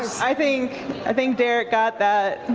i think i think derrick got that.